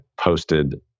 posted